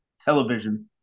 television